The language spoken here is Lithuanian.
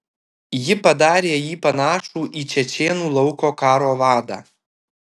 ji padarė jį panašų į čečėnų lauko karo vadą